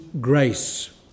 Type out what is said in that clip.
grace